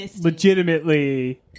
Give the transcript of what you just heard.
legitimately